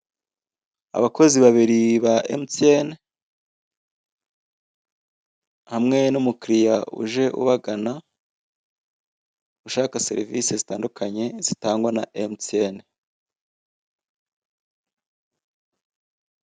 Abakozi babiri ba emutiyeni, hamwe n'umukiliriya uje ubagana ushaka serivisi zitandukanye zitangwa na emutiyeni.